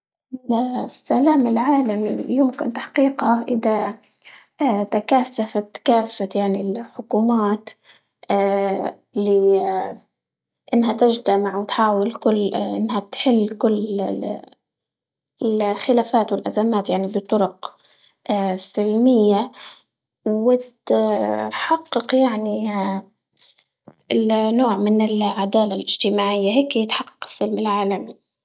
السلام العالمي يمكن تحقيقه إدا تكاتفت كافة يعني ال- الحكومات ل- إنها تجتمع وتحاول كل إنها تحل كل ال- ال- الخلافات والأزمات يعني بالطرق السلمية، وت- تحقق يعني ال- نوع من العدالة الاجتماعية هيكي يتحقق السلم العالمي.